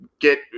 get